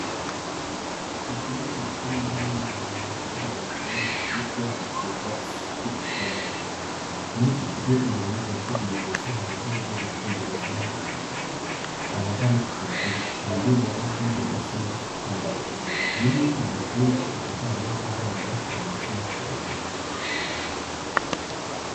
Mu kigo cy'amashuri ni hamwe mu hantu hahurira abantu benshi, bityo hagakenerwa isuku ihoraro. muri iki kigo imbere y'ibiro by'ubuyobozi hari intebe zo gutegerezaho abagana icyi kigo, hari ibendera ry'igihugu ndetse n'ubusitani, rimwe mu mashuri ku rukuta hariho indangagaciro ndetse na kirazira.